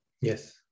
Yes